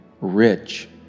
rich